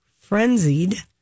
frenzied